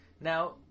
Now